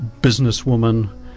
businesswoman